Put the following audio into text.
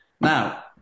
now